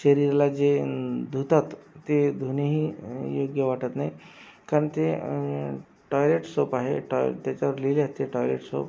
शरीराला जे धुतात ते धुणेही योग्य वाटत नाही कारण ते टॉयलेट सोप आहे टॉय त्याच्यावर लिहिले आहे ते टॉयलेट सोप